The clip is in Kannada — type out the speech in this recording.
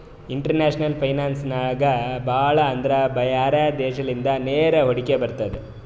ಇಂಟರ್ನ್ಯಾಷನಲ್ ಫೈನಾನ್ಸ್ ನಾಗ್ ಭಾಳ ಅಂದುರ್ ಬ್ಯಾರೆ ದೇಶಲಿಂದ ನೇರ ಹೂಡಿಕೆ ಬರ್ತುದ್